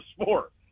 sport